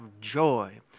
Joy